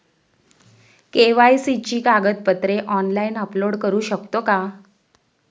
KYC ची कागदपत्रे online upload करू शकतो का?